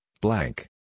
blank